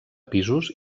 pisos